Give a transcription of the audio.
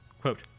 Quote